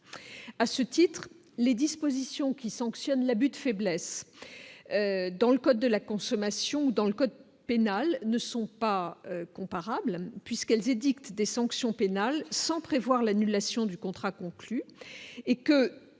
à ce titre, les dispositions qui sanctionne l'abus de faiblesse dans le code de la consommation dans le code pénal ne sont pas comparables puisqu'elles édictent des sanctions pénales sans prévoir l'annulation du contrat conclu et que